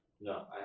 No